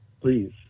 Please